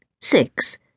Six